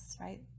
right